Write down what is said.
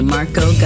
Marco